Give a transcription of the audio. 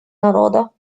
народа